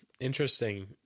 Interesting